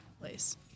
place